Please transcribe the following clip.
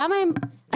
למה הם אסירים?